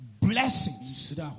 blessings